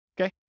Okay